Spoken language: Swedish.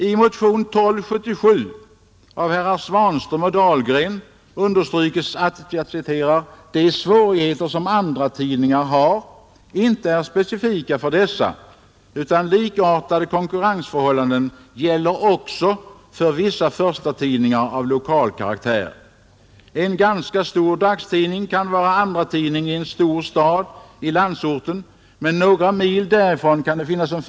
I motionen 1277 av herrar Svanström och Dahlgren framhåller motionärerna bl.a.: ”De svårigheter som andratidningarna har är dock inte specifika för dessa, utan likartade konkurrensförhållanden gäller också för vissa förstatidningar av lokal karaktär. En ganska stor dagstidning kan vara andratidning i en stor stad i landsorten, men några mil därifrån kan det finnas en s,k.